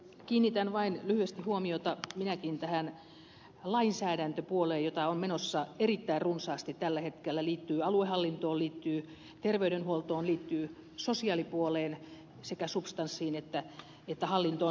kiinnitän vain lyhyesti huomiota tähän lainsäädäntöpuoleen jota on menossa erittäin runsaasti tällä hetkellä liittyen aluehallintoon liittyen terveydenhuoltoon ja liittyen sekä sosiaalipuolen substanssiin että sen hallintoon